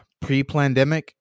pre-plandemic